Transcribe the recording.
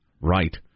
Right